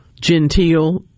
genteel